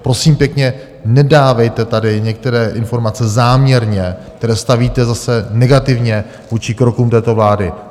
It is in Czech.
Prosím pěkně, nedávejte tady některé informace záměrně, které stavíte zase negativně vůči krokům této vlády.